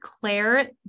Claire